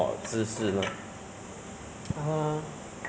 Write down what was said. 就是在学校那些 module